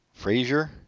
Frasier